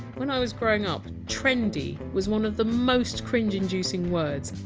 when i was growing up! trendy! was one of the most cringe-inducing words,